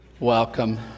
Welcome